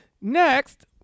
Next